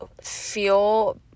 feel